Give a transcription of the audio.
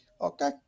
Okay